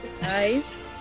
Nice